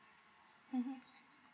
mmhmm